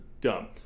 Dumb